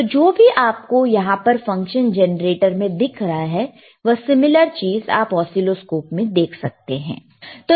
तो जो भी आपको यहां पर फंक्शन जेनरेटर में दिख रहा है वहीं सिमिलर चीज आप असीलोस्कोप में देख सकते हैं